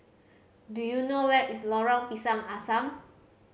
do you know where is Lorong Pisang Asam